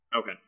Okay